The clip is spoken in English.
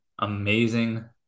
amazing